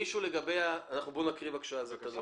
נקרא את הנוסח, בבקשה.